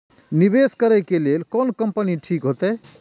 निवेश करे के लेल कोन कंपनी ठीक होते?